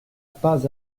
pas